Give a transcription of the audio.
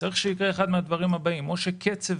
צריך שיקרה אחד מהדברים הבאים: או שקצב